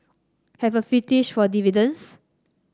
have a for dividends